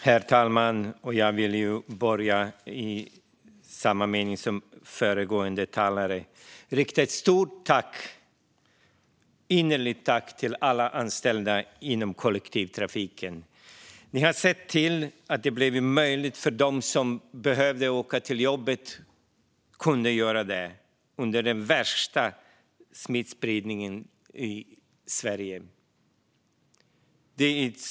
Herr talman! Jag vill börja i samma anda som föregående talare och rikta ett stort, innerligt tack till alla anställda inom kollektivtrafiken. Ni har sett till att det varit möjligt för dem som behövt åka till jobbet att göra det under den värsta smittspridningen i Sverige.